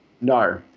No